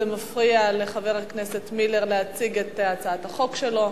זה מפריע לחבר הכנסת מילר להציג את הצעת החוק שלו.